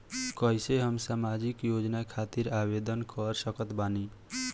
कैसे हम सामाजिक योजना खातिर आवेदन कर सकत बानी?